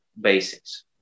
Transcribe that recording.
basics